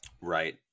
Right